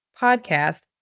podcast